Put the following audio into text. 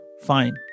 fine